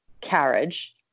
carriage